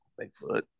Bigfoot